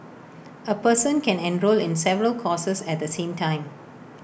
A person can enrol in several courses at the same time